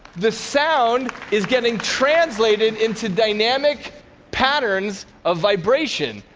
the sound is getting translated into dynamic patterns of vibration.